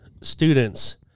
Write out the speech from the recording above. students